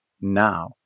now